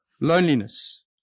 Loneliness